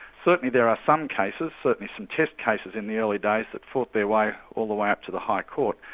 certainly there are some cases, certainly some test cases in the early days that fought their way all the way up to the high court.